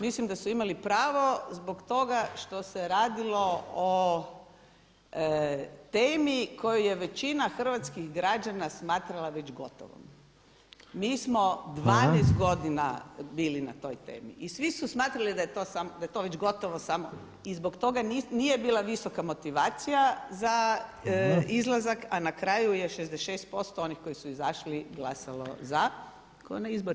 Mislim da su imali pravo zbog toga što se radilo o temi koju je većina hrvatskih građana smatrala već gotovom [[Upadica Reiner: Hvala.]] Mi smo 12 godina bili na toj temi i svi su smatrali da je to već gotovo samo i zbog toga nije bila visoka motivacija za izlazak, a na kraju je 66% onih koji su izašli glasalo za kao na izborima.